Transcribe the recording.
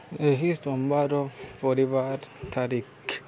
ଏହି ସୋମବାର ପରିବାର ତାରିଖ